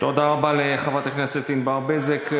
תודה רבה לחברת הכנסת ענבר בזק.